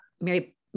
Mary